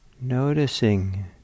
noticing